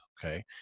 Okay